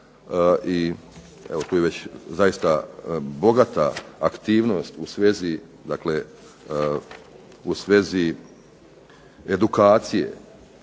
i tu je već zaista bogata aktivnost u svezi edukacije